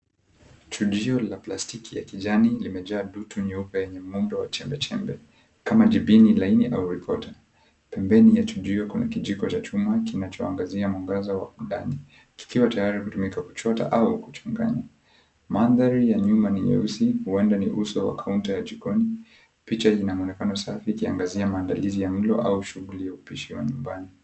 Chujio la plastiki ya kijani limejaa dutu nyeue yenye muundo wa chembechembe kama jibini laini au rikota. Pembeni ya chujio kuna kijiko cha chuma kinachoangazia mwangaza wa plani kikiwa tayari kutumika kuchota au kuchanganya. Mandhari ya nyuma ni nyeusi huenda ni uso wa kaunta ya jikoni. Picha ina muonekano safi ikiangazia maandalizi ya mlo au shughuli ya upishi wa nyumbani.